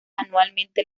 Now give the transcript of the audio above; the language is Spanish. anualmente